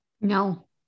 No